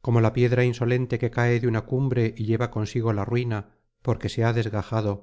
como la piedra insolente que cae le una cumbre y lleva consigo la ruina porque se ha desgajado